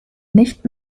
nicht